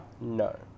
No